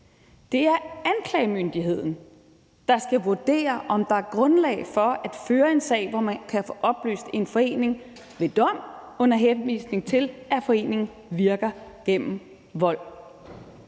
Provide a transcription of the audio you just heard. Det er anklagemyndigheden, der skal vurdere, om der er grundlag for at føre en sag, hvor man kan få opløst en forening ved dom, under henvisning til at foreningen virker gennem vold.